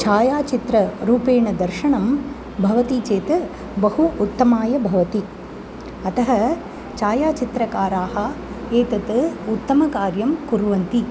छायाचित्ररूपेण दर्शनं भवति चेत् बहु उत्तमाय भवति अतः छायाचित्रकाराः एतत् उत्तमकार्यं कुर्वन्ति